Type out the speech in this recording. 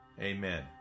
Amen